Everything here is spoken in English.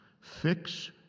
fix